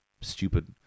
stupid